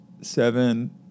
seven